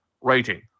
Rating